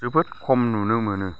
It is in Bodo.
जोबोद खम नुनो मोनो